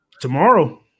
Tomorrow